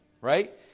right